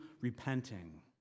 repenting